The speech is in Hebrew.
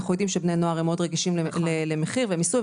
אנחנו יודעים שבני נוער מאוד רגישים למחיר ומיסוי,